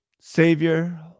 Savior